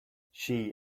she